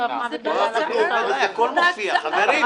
את יכולה לטעון על הכול נושא חדש.